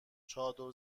چادر